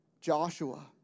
Joshua